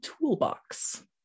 toolbox